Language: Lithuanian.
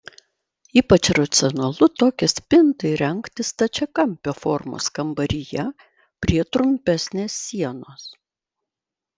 ypač racionalu tokią spintą įrengti stačiakampio formos kambaryje prie trumpesnės sienos